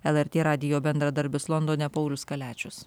lrt radijo bendradarbis londone paulius kaliačius